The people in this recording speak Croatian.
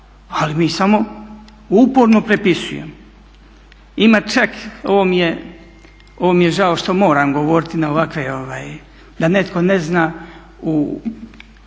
Ali mi samo uporno prepisujemo. Ima čak ovo mi je žao što moram govoriti na ovakve da netko ne zna u